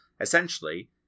essentially